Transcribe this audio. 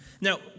Now